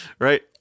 right